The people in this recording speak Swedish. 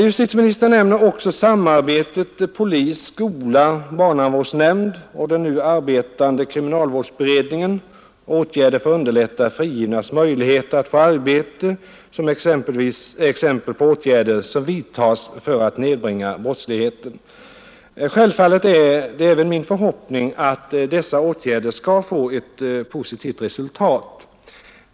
Justitieministern nämner också samarbetet polis-skola-barnavård, den nu arbetande kriminalvårdsberedningen och åtgärder för att underlätta frigivnas möjligheter att få arbete som exempel på åtgärder som vidtas för att nedbringa brottsligheten. Självfallet är det även min förhoppning att dessa åtgärder skall få ett positivt resultat.